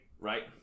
right